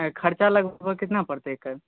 खरचा लगभग कितना परतै एकर